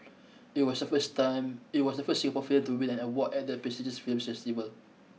it was the first time it was the first Singapore film to win an award at the prestigious film festival